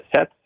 set